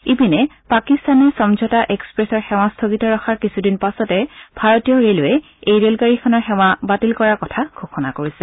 ইপিনে পাকিস্তানে সমঝোতা এক্সপ্ৰেছৰ সেৱা স্থগিত ৰখাৰ কিছুদিন পাছতে ভাৰতীয় ৰেলৱেয়ে এই ৰেলগাড়ীখনৰ সেৱা বাতিল কৰাৰ কথা ঘোষণা কৰিছে